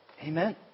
Amen